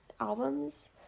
albums